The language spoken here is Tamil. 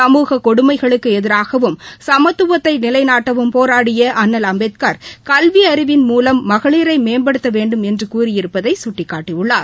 சமூக கொடுமைகளுக்கு எதிராகவும் சமத்துவத்தை நிலைநாட்டவும் போராடிய அண்ணல் அம்பேத்கர் கல்வி அறிவின் மூலம் மகளிரை மேம்படுத்தவேண்டும் என்றும் கூறியிருப்பதை சுட்டிக்காட்டியுள்ளார்